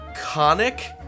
conic